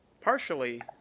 partially